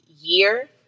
year